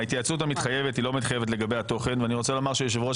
היא לא מתחייבת לגבי התוכן ויושב ראש